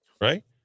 right